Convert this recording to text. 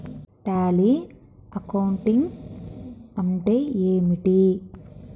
Tally accounting అంటే ఏమిటి?